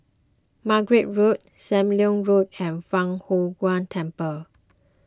Margate Road Sam Leong Road and Fang Huo Temple